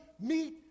meet